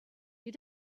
you